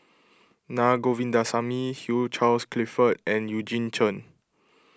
Naa Govindasamy Hugh Charles Clifford and Eugene Chen